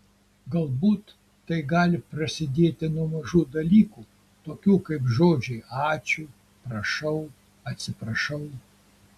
galbūt tai gali prasidėti nuo mažų dalykų tokių kaip žodžiai ačiū prašau atsiprašau